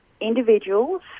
individuals